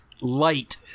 light